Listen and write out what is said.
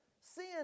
Sin